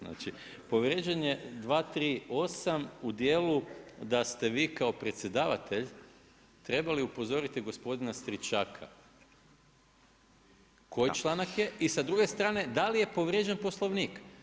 Znači povrijeđen je 238. u dijelu da ste vi kao predsjedavatelj trebali upozoriti gospodina Stričaka koji članak je i sa druge strane da li je povrijeđen Poslovnik.